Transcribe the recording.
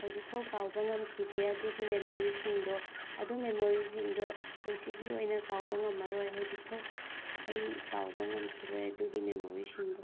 ꯍꯧꯖꯤꯛ ꯐꯥꯎ ꯀꯥꯎꯕ ꯉꯝꯈꯤꯗꯦ ꯑꯗꯨꯒꯤ ꯃꯦꯃꯣꯔꯤꯁꯤꯡꯗꯣ ꯑꯗꯨ ꯃꯦꯃꯣꯔꯤꯁꯤꯡꯗꯣ ꯄꯨꯟꯁꯤꯒꯤ ꯑꯣꯏꯅ ꯀꯥꯎꯕ ꯉꯝꯃꯔꯣꯏ ꯍꯧꯖꯤꯛ ꯐꯥꯎ ꯑꯩ ꯀꯥꯎꯕ ꯉꯝꯈꯤꯔꯣꯏ ꯑꯗꯨꯒꯤ ꯃꯦꯃꯣꯔꯤꯁꯤꯡꯗꯣ